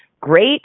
Great